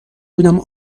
بودم